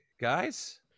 guys